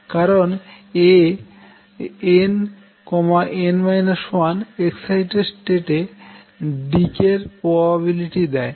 কারন Ann 1 excited স্টেটে ডিকের প্রবাবিলিটি দেয়